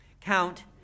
Count